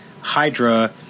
Hydra